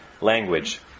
language